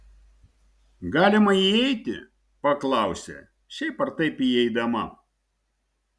galima įeiti paklausė šiaip ar taip įeidama